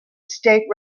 state